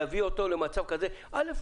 להביא אותו למצב כזה --- אל"ף,